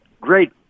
great